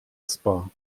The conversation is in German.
essbar